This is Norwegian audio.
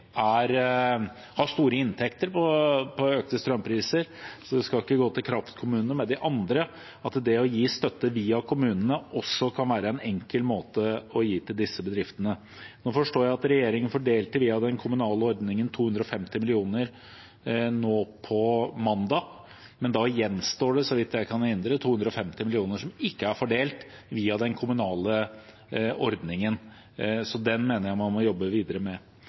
har store inntekter som følge av økte strømpriser. Det skal ikke gå til kraftkommunene, men til de andre. Det å gi støtte via kommunene kan også være en enkel måte å gi til disse bedriftene. Nå forstår jeg at regjeringen via den kommunale ordningen fordelte 250 mill. kr nå på mandag. Men da gjenstår det, så vidt jeg kan erindre, 250 mill. kr, som ikke er fordelt via den kommunale ordningen, så den mener jeg man må jobbe videre med.